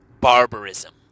barbarism